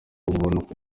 ubu